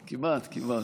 כמעט, כמעט.